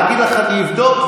להגיד לך: אני אבדוק,